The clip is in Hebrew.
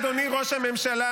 אדוני ראש הממשלה,